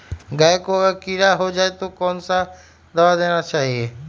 गाय को अगर कीड़ा हो जाय तो कौन सा दवा देना चाहिए?